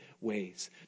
ways